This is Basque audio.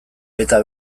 eta